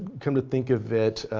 come to think of it,